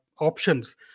options